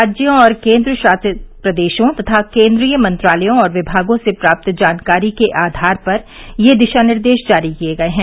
राज्यों और केन्द्रशासित प्रदेशों तथा केन्द्रीय मंत्रालयों और विभागों से प्राप्त जानकारी के आधार पर ये दिशा निर्देश जारी किए गए हैं